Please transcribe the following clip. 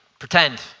Pretend